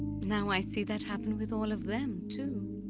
now i see that happen with all of them, too.